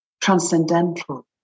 transcendental